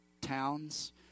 towns